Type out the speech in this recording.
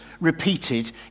repeated